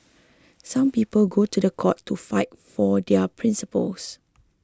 some people go to the court to fight for their principles